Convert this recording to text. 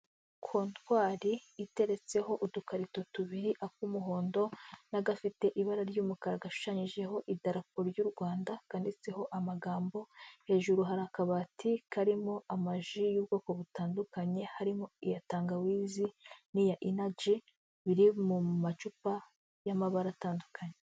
Kontwari iteretseho udukarito tubiri ak'umuhondo n'agafite ibara ry'umukara gashushanyijeho idarapo ry'u Rwanda kanditseho amagambo hejuru hari akabati karimo amaji y'ubwoko butandukanye harimo iya tangawizi n'iya inagi biri mu macupa y'amabara atandukanye.